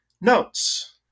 notes